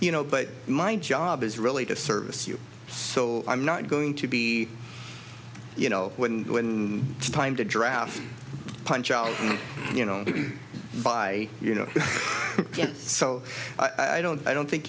you know but my job is really to service you so i'm not going to be you know when the time to draft punch out you know by you know so i don't i don't think